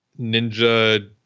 Ninja